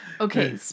Okay